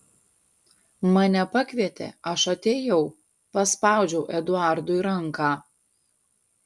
mane pakvietė aš atėjau paspaudžiau eduardui ranką